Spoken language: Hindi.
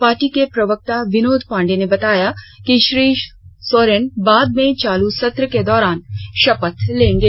पार्टी के प्रवक्ता विनोद पांडेय ने बताया कि श्री सोरेन बाद में चालू सत्र के दौरान शपथ लेंगे